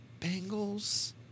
Bengals